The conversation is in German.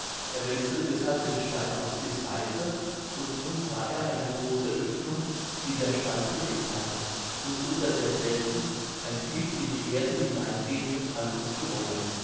er wälzte deshalb den stein auf die seite und nun sah er eine große oeffnung die der stein bedeckt hatte und unter derselben ein tief in die erde hineingehendes altes gemäuer